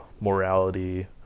morality